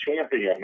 champion